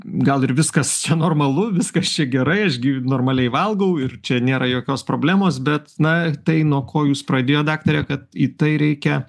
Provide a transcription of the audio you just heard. gal ir viskas čia normalu viskas čia gerai aš gi normaliai valgau ir čia nėra jokios problemos bet na tai nuo ko jūs pradėjot daktare kad į tai reikia